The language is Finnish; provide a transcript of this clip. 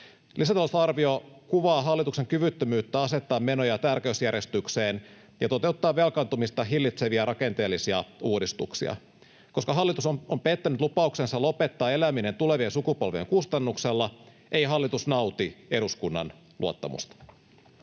”Lisätalousarvio kuvaa hallituksen kyvyttömyyttä asettaa menoja tärkeysjärjestykseen ja toteuttaa velkaantumista hillitseviä rakenteellisia uudistuksia. Koska hallitus on pettänyt lupauksensa lopettaa eläminen tulevien sukupolvien kustannuksella, ei hallitus nauti eduskunnan luottamusta.”